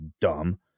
dumb